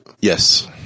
yes